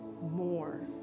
more